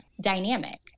dynamic